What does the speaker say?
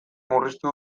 murriztu